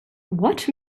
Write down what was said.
what